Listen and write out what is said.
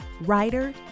writer